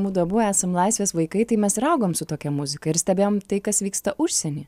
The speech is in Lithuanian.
mudu abu esam laisvės vaikai tai mes ir augom su tokia muzika ir stebėjom tai kas vyksta užsieny